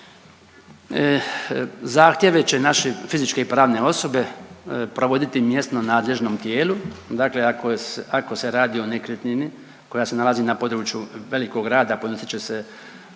zahtjeve će naše fizičke i pravne osobe provoditi mjesto nadležnom tijelu. Dakle ako se radi o nekretnini koja se nalazi na području velikog grada, podnosit će se